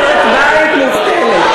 עקרת-בית מובטלת.